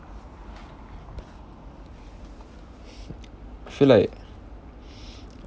I feel like